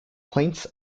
points